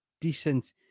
decent